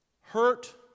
hurt